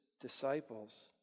disciples